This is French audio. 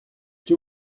que